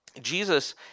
Jesus